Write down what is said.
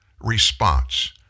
response